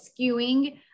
skewing